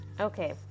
Okay